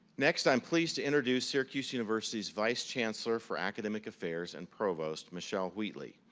next, i'm please to introduce syracuse university's vice chancellor for academic affairs and provost michele wheatly.